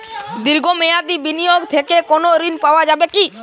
দীর্ঘ মেয়াদি বিনিয়োগ থেকে কোনো ঋন পাওয়া যাবে কী?